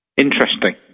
Interesting